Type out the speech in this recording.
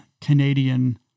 Canadian